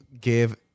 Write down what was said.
give